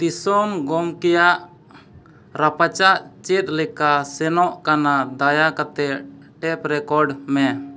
ᱫᱤᱥᱚᱢ ᱜᱚᱢᱠᱮᱭᱟᱜ ᱨᱟᱯᱟᱪᱟᱜ ᱪᱮᱫ ᱞᱮᱠᱟ ᱥᱮᱱᱚᱜ ᱠᱟᱱᱟ ᱫᱟᱭᱟ ᱠᱟᱛᱮᱫ ᱴᱮᱯ ᱨᱮᱠᱚᱨᱰ ᱢᱮ